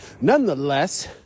Nonetheless